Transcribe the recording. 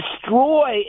destroy